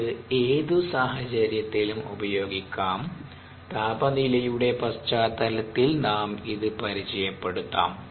ഇത് ഏതു സാഹചര്യത്തിലും ഉപയോഗിക്കാം താപനിലയുടെ പശ്ചാത്തലത്തിൽ നാം അത് പരിചയപ്പെടുത്താം